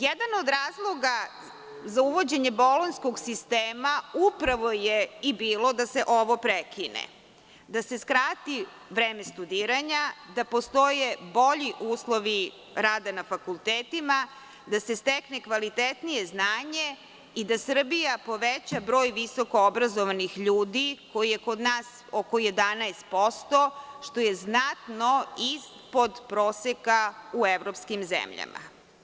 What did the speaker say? Jedan od razloga za uvođenje bolonjskog sistema upravo je i bilo da se ovo prekine, da se skrati vreme studiranja, da postoje bolji uslovi rada na fakultetima, da se stekne kvalitetnije znanje i da Srbija poveća broj visokoobrazovanih ljudi, koji je kod nas oko 11%, što je znatno ispod proseka u evropskim zemljama.